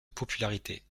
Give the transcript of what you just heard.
popularité